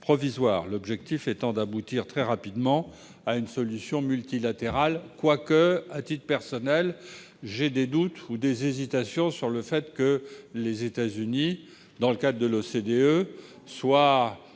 l'objectif étant d'aboutir très rapidement à une solution multilatérale ; toutefois, à titre personnel, j'ai des doutes ou des réserves quant au fait que les États-Unis, dans le cadre de l'OCDE, soient